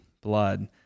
blood